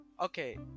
Okay